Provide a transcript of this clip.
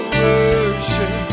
worship